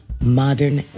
Modern